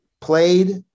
played